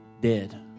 Dead